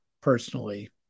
personally